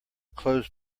clothes